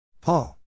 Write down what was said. paul